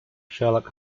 sherlock